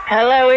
Hello